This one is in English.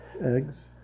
eggs